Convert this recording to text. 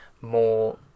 more